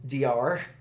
DR